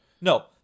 No